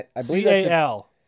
C-A-L